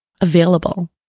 available